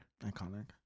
Iconic